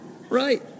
Right